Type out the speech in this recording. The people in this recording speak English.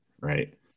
right